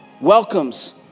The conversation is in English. welcomes